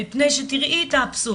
מפני שתראי את האבסורד,